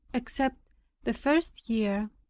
except the first year,